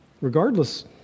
regardless